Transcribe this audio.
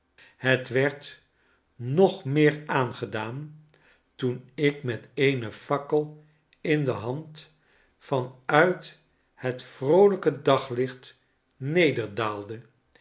het werd nog meer aangedaan toen ik met eene fakkel in de hand van uit het vroolijke daglicht